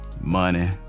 money